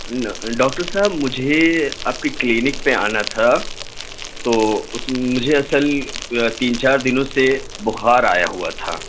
doctor صاحب مجھے آپ کی کلینک پہ آنا تھا تو اس میں مجھے اصل تین چار دنوں سے بخار آیا ہوا تھا